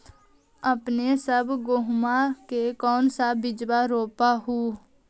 अपने सब गेहुमा के कौन सा बिजबा रोप हू?